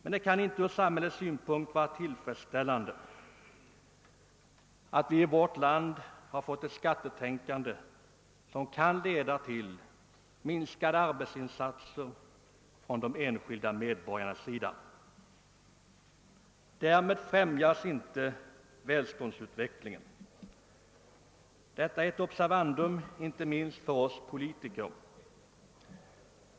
Men det kan inte från samhällets synpunkt vara tillfredsställande, att vi i vårt land har fått ett skattetänkande som kan leda till minskade arbetsinsatser från de enskilda medborgarnas sida. Därmed främjas inte välståndsutvecklingen. Detta är ett observandum — inte minst för oss politiker.